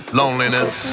loneliness